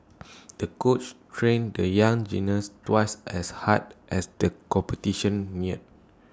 the coach trained the young gymnast twice as hard as the competition neared